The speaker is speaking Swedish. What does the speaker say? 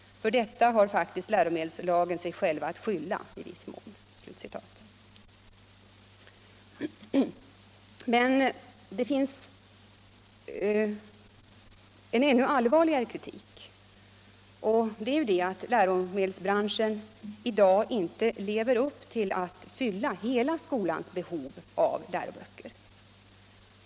För detta har faktiskt läromedelsförlagen sig själva att skylla i viss mån.” Men det finns en ännu allvarligare kritik, nämligen att läromedelsbranschen i dag inte lever upp till kravet att fylla hela skolans behov av läroböcker.